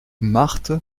marthe